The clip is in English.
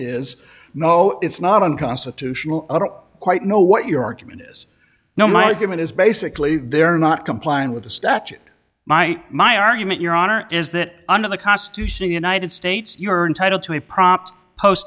is no it's not unconstitutional i don't quite know what your argument is no my argument is basically they're not complying with the statute my my argument your honor is that under the constitution of the united states you are entitled to a proper post